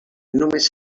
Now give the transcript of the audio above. només